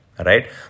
right